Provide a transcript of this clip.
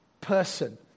person